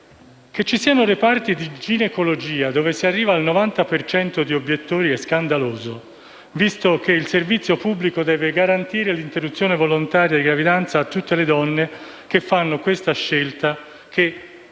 Che ci siano reparti di ginecologia dove si arriva al 90 per cento di obiettori è scandaloso, visto che il servizio pubblico deve garantire l'interruzione volontaria di gravidanza a tutte le donne che fanno questa scelta che